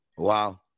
Wow